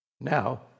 Now